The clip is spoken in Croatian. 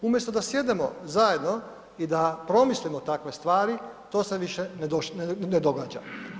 Umjesto da sjednemo zajedno i da promislimo takve stvari to se više ne događa.